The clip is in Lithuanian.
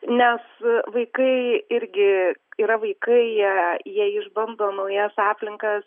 nes vaikai irgi yra vaikai jie jie išbando naujas aplinkas